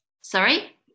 Sorry